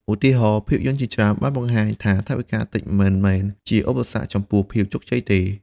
ឧទាហរណ៍ ភាពយន្តជាច្រើនបានបង្ហាញថាថវិកាតិចមិនមែនជាឧបសគ្គចំពោះភាពជោគជ័យទេ។